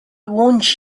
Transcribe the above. want